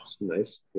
nice